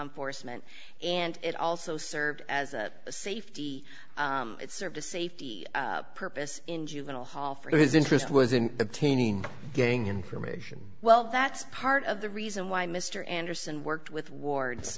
enforcement and it also served as a safety it served a safety purpose in juvenile hall for his interest was in the tinning getting information well two that's part of the reason why mr anderson worked with wards